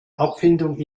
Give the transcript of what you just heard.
abfindung